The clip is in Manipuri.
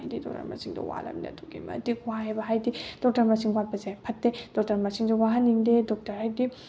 ꯍꯥꯏꯗꯤ ꯗꯣꯛꯇꯔ ꯃꯁꯤꯡꯗꯣ ꯋꯥꯠꯂꯕꯅꯤꯅ ꯑꯗꯨꯛꯀꯤ ꯃꯇꯤꯛ ꯋꯥꯏꯑꯦꯕ ꯍꯥꯏꯗꯤ ꯗꯣꯛꯇꯔ ꯃꯁꯤꯡ ꯋꯥꯠꯄꯁꯦ ꯐꯠꯇꯦ ꯗꯣꯛꯇꯔ ꯃꯁꯤꯡꯁꯨ ꯋꯥꯠꯍꯟꯅꯤꯡꯗꯦ ꯗꯣꯛꯇꯔ ꯍꯥꯏꯗꯤ